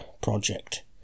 project